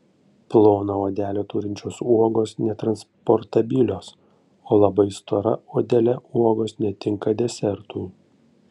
ploną odelę turinčios uogos netransportabilios o labai stora odele uogos netinka desertui